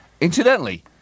Incidentally